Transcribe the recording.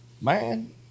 Man